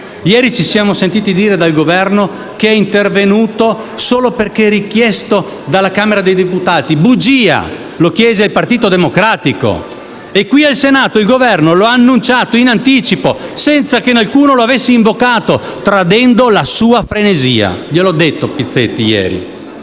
Ieri ci siamo sentiti dire dal Governo che è intervenuto solo perché richiesto dalla Camera dei deputati: bugia! Lo ha chiesto il Partito Democratico. Qui al Senato il Governo lo ha annunciato in anticipo, senza che alcuno lo avesse invocato, tradendo la sua frenesia, come ho detto ieri